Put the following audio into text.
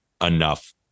enough